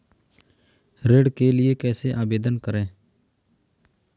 ऋण के लिए कैसे आवेदन करें?